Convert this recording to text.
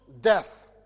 death